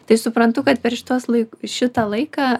tai suprantu kad per šituos laik šitą laiką